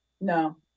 No